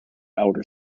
elder